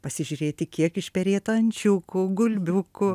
pasižiūrėti kiek išperėta ančiukų gulbiukų